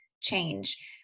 change